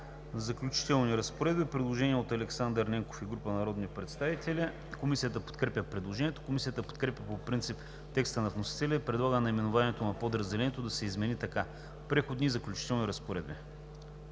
„Заключителни разпоредби“. Предложение от народния представител Александър Ненков и група народни представители. Комисията подкрепя предложението. Комисията подкрепя по принцип текста на вносителя и предлага наименованието на подразделението да се измени така: „Преходни и заключителни разпоредби“.